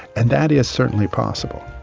and that is certainly possible.